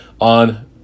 on